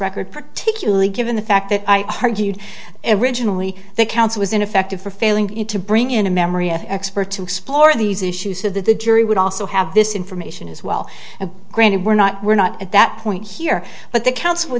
record particularly given the fact that i heard you and ridge and we the counts was ineffective for failing to bring in a memory of expert to explore these issues so that the jury would also have this information as well and granted we're not we're not at that point here but the coun